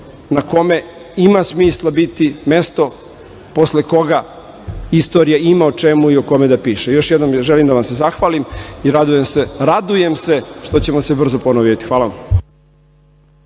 na kome ima smisla biti, mesto posle koga istorija ima o čemu i o kome da piše. Još jednom želim da vas se zahvalim i radujem se što ćemo se brzo ponovo videti. Hvala vam.